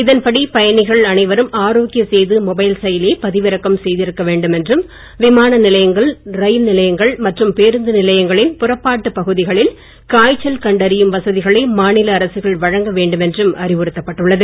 இதன்படி பயணிகள் அனைவரும் ஆரோக்ய சேது மொபைல் செயலியை பதிவிறக்கம் செய்திருக்க வேண்டும் என்றும் விமான நிலையங்கள் ரயில் நிலையங்கள் மற்றும் பேருந்து நிலையங்களின் புறப்பாட்டுப் பகுதிகளில் காய்ச்சல் கண்டறியும் வசதிகளை மாநில அரசுகள் வழங்க வேண்டும் என்றும் அறிவுறுத்தப் பட்டுள்ளது